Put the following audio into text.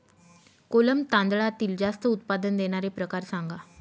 कोलम तांदळातील जास्त उत्पादन देणारे प्रकार सांगा